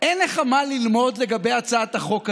אין לך מה ללמוד לגבי הצעת החוק הזו,